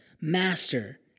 Master